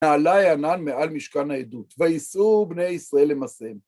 ‫ויעל ענן מעל משכן העדות, ‫וייסעו בני ישראל למסעיהם.